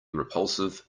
repulsive